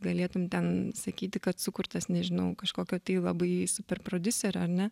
galėtum ten sakyti kad sukurtas nežinau kažkokio tai labai superprodiuserio ar ne